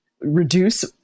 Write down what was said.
Reduce